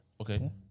Okay